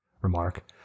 remark